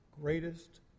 greatest